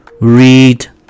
read